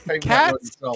Cats